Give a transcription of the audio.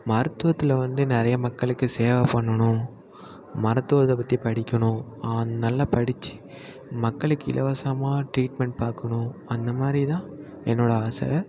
மருத்துவத்தில் வந்து நிறைய மக்களுக்குச் சேவை பண்ணணும் மருத்துவத்தை பற்றி படிக்கணும் நல்ல படித்து மக்களுக்கு இலவசமாக ட்ரீட்மெண்ட் பார்க்குணும் அந்த மாதிரி தான் என்னோடய ஆசை